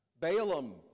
Balaam